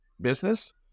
business